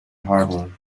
harbor